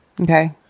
Okay